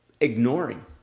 ignoring